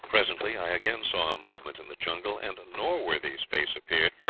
presently i again saw a movement in the jungle, and norworthy's face appeared,